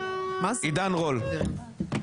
חבר הכנסת עידן רול, בבקשה.